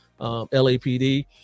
lapd